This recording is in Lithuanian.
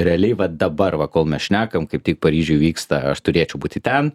realiai va dabar va kol mes šnekam kaip tik paryžiuj vyksta aš turėčiau būti ten